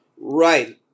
Right